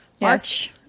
March